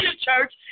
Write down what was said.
church